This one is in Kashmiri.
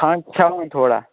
آ چھَو وُنہِ تھوڑا